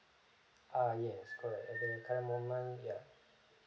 ah yes correct at the current moment ya